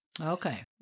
Okay